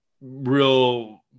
real